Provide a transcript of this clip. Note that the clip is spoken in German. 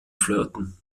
flirten